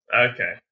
Okay